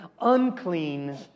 unclean